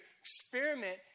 experiment